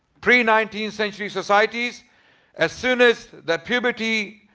pre nineteenth-century societies as soon as the puberty